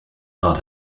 not